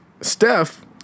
Steph